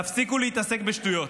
תפסיקו להתעסק בשטויות,